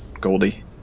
Goldie